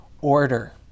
order